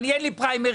אין לי פריימריז.